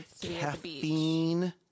caffeine